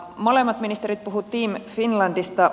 molemmat ministerit puhuivat team finlandista